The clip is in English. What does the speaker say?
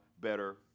better